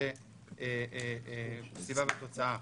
שזו סיבה ותוצאה.